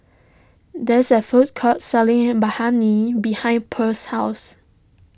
there's a food court selling Biryani behind Pearl's house